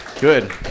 good